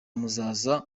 muzaza